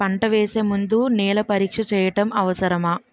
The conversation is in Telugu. పంట వేసే ముందు నేల పరీక్ష చేయటం అవసరమా?